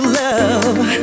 love